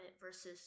versus